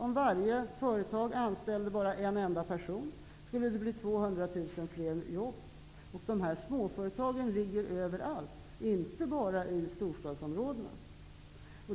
Om varje företag anställde bara en enda person ytterligare skulle det bli 200 000 fler jobb, och småföretagen ligger överallt, inte bara i storstadsområdena.